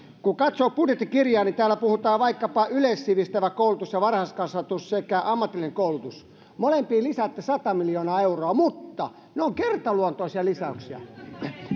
kun katsoo budjettikirjaa niin täällä puhutaan vaikkapa kohdissa yleissivistävä koulutus ja varhaiskasvatus sekä ammatillinen koulutus että molempiin lisäätte sata miljoonaa euroa mutta ne ovat kertaluontoisia lisäyksiä